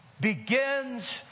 begins